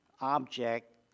object